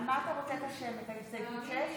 על מה אתה רוצה את השמית, על הסתייגות 6?